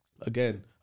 Again